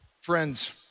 Friends